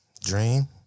dream